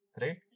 right